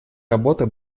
работа